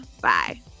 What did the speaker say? Bye